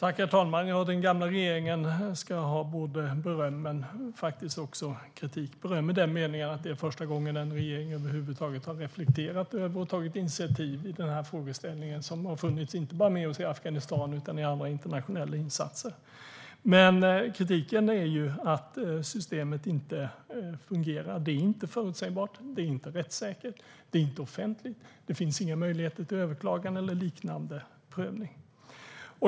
Herr talman! Den gamla regeringen ska ha både beröm och faktiskt också kritik - beröm i den meningen att det är första gången en regering över huvud taget har reflekterat över och tagit initiativ i den här frågeställningen som har funnits med oss inte bara i Afghanistan utan i andra internationella insatser. Kritiken är att systemet inte fungerar. Det är inte förutsägbart, det är inte rättssäkert, det är inte offentligt och det finns inga möjligheter till överklagande eller liknande prövning.